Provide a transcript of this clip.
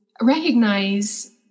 recognize